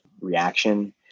reaction